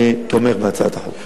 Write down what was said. אני תומך בהצעת החוק.